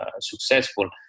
successful